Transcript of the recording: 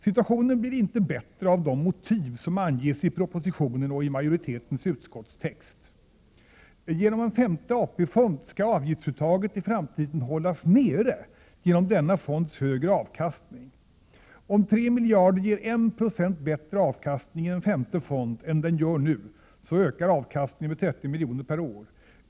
Situationen blir inte bättre av de motiv som anges i propositionen och i majoritetens utskottstext: 1. Genom en femte AP-fond ”skall avgiftsuttaget i framtiden hållas nere” genom denna fonds högre avkastning. Om 3 miljarder ger 1 90 bättre avkastning i en femte fond än de gör nu, så ökar avkastningen med 30 milj.kr. per år.